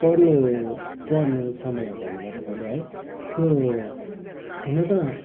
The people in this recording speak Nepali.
पढ्नु पढ्नु समय भन्नुभयो तपाईँले है त्यो हुनु त